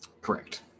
Correct